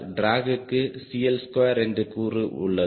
டிராகுக்கு CL2 என்ற கூறு உள்ளது